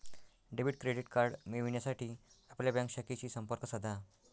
debit credit card मिळविण्यासाठी आपल्या bank शाखेशी संपर्क साधा